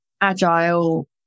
agile